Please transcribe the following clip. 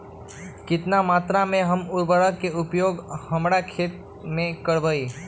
कितना मात्रा में हम उर्वरक के उपयोग हमर खेत में करबई?